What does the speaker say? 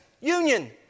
Union